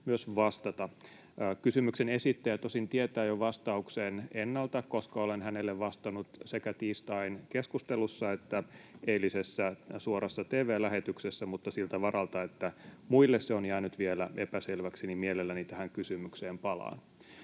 myös vastata. Kysymyksen esittäjä tosin tietää jo vastauksen ennalta, koska olen hänelle vastannut sekä tiistain keskustelussa että eilisessä suorassa tv-lähetyksessä, mutta siltä varalta, että muille se on jäänyt vielä epäselväksi, mielelläni tähän kysymykseen palaan.